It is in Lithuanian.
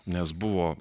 nes buvo